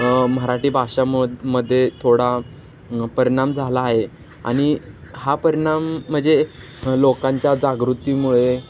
मराठी भाषामदमध्ये थोडा परिणाम झाला आहे आणि हा परिणाम म्हणजे लोकांच्या जागृतीमुळे